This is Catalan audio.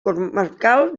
comarcal